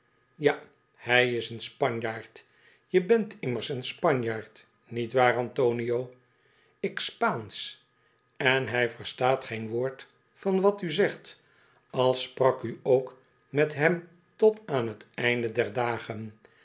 ja hij is een spanjaard je bent immers een spanjaard niet waar antonio ik spaansch en hij verstaat geen woord van wat u zegt al sprak u ook met hem tot aan t einde deidagen